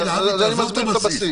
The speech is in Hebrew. בי, תעזוב את הבסיס.